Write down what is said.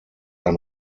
ein